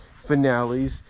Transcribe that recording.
finales